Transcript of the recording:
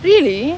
really